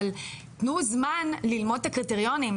אבל תנו זמן ללמוד את הקריטריונים.